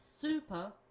super